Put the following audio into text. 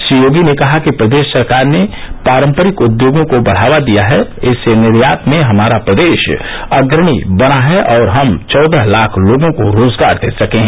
श्री योगी ने कहा कि प्रदेश सरकार ने पारम्परिक उद्योगों को बढ़ावा दिया है इससे निर्यात में हमारा प्रदेश अग्रणी बना है और हम चौदह लाख लोगों को रोजगार दे सके हैं